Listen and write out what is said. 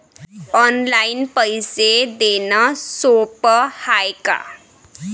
Online पैसे देण सोप हाय का?